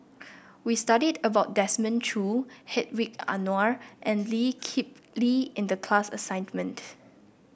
we studied about Desmond Choo Hedwig Anuar and Lee Kip Lee in the class assignment